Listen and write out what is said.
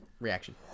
reaction